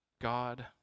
god